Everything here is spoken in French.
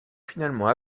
finalement